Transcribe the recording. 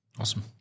Awesome